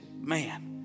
Man